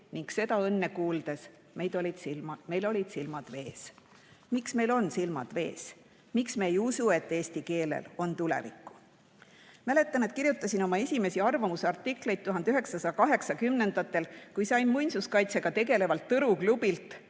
Ning seda õnne kuuldes meil olid silmad vees." Miks meil on silmad vees? Miks me ei usu, et eesti keelel on tulevikku? Mäletan, et kirjutasin oma esimesi arvamusartikleid 1980-ndatel, kui sain muinsuskaitsega tegelevalt Tõru klubilt,